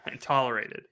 tolerated